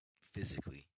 physically